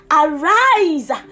arise